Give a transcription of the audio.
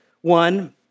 One